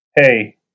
hey